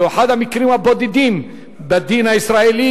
זהו אחד המקרים הבודדים בדין הישראלי